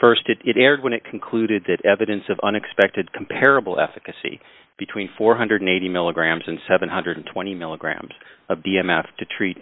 st it aired when it concluded that evidence of unexpected comparable efficacy between four hundred and eighty milligrams and seven hundred and twenty milligrams of the m f to treat